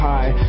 High